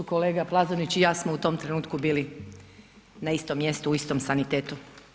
Kolega Plazonić i ja smo u tom trenutku bili na istom mjestu, u istom sanitetu.